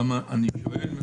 למה אני שואל?